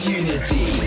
unity